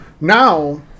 Now